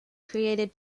created